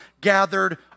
gathered